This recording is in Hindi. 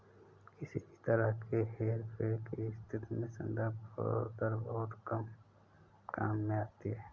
किसी भी तरह के हेरफेर की स्थिति में संदर्भ दर बहुत काम में आती है